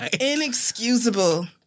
inexcusable